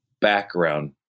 background